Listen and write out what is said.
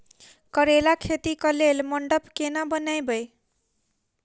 करेला खेती कऽ लेल मंडप केना बनैबे?